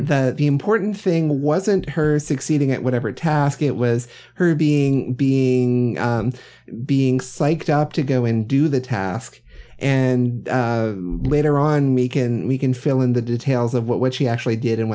the important thing wasn't her succeeding at whatever task it was her being being being psyched up to go and do the task and later on we can we can fill in the details of what she actually did and